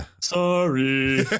Sorry